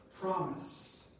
promise